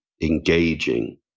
engaging